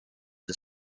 the